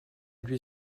lui